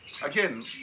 Again